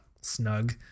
snug